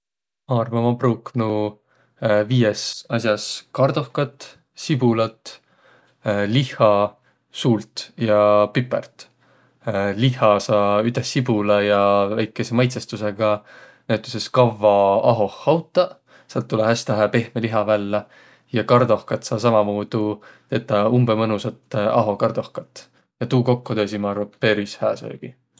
Ma arva, ma pruuknuq viies as'as kardohkat, sibulat, lihha, suult ja pipart. Lihha saa üteh sibula ja väikese maitsõstusõga näütüses kavva ahoh hautaq. Säält tulõ häste hää pehmeq liha vällä. Ja kardohkat saa sammamuudu tetäq umbõ mõnusat ahokardohkat. Ja tuu kokko teesiq, ma arva, peris hää söögi.